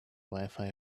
wifi